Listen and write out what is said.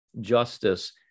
justice